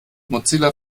mozilla